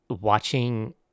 watching